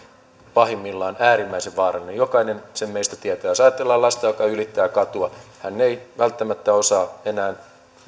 pahimmillaan äärimmäisen vaarallinen jokainen sen meistä tietää jos ajatellaan lasta joka ylittää katua hän ei välttämättä osaa enää